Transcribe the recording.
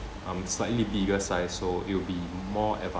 I'm slightly bigger size so it will be more advantage